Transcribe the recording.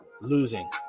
losing